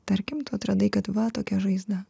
tarkimtu atradai kad va tokia žaizda